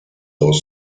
dos